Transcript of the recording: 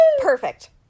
Perfect